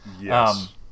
Yes